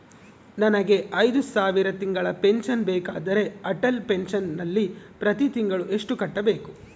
ನನಗೆ ಐದು ಸಾವಿರ ತಿಂಗಳ ಪೆನ್ಶನ್ ಬೇಕಾದರೆ ಅಟಲ್ ಪೆನ್ಶನ್ ನಲ್ಲಿ ಪ್ರತಿ ತಿಂಗಳು ಎಷ್ಟು ಕಟ್ಟಬೇಕು?